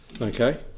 okay